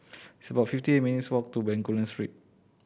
it's about fifty minutes' walk to Bencoolen Street